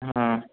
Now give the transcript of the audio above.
हँ